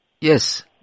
Yes